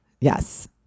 Yes